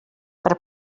per